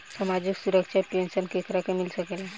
सामाजिक सुरक्षा पेंसन केकरा के मिल सकेला?